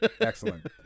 Excellent